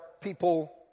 people